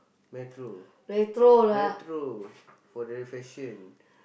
Metro retro for the fashion